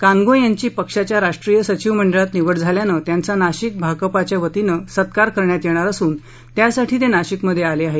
कानगो यांची पक्षाच्या राष्टीय सचिव मंडळात निवड झाल्याने त्यांचा नाशिक भाकपाच्या वतीनं सत्कार करण्यात येणार असन त्यासाठी ते नाशिक मध्ये आले आहेत